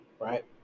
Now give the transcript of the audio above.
right